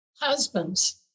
Husbands